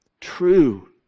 true